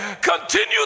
continue